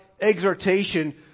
exhortation